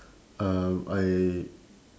uh I